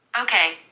Okay